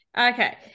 Okay